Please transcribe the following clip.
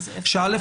ש-א',